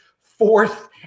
Fourth